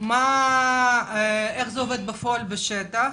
איך זה עובד בשטח?